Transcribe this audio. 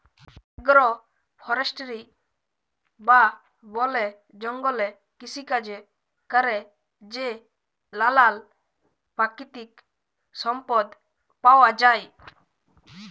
agro forestry বা বলে জঙ্গলে কৃষিকাজে ক্যরে যে লালাল পাকিতিক সম্পদ পাউয়া যায়